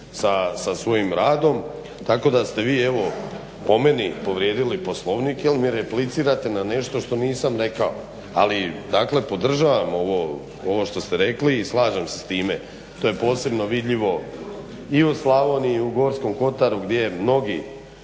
sa svojim radom. Tako da ste vi evo, po meni povrijedili Poslovnik jer mi replicirate na nešto što nisam rekao. Ali dakle, podržavam ovo što ste rekli i slažem se sa time. To je posebno vidljivo i u Slavoniji i u Gorskom Kotaru gdje mnogi